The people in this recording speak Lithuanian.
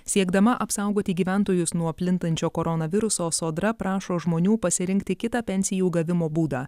siekdama apsaugoti gyventojus nuo plintančio koronaviruso sodra prašo žmonių pasirinkti kitą pensijų gavimo būdą